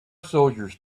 soldiers